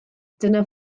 dyna